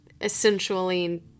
essentially